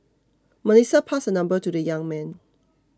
Melissa passed her number to the young man